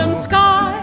um scott.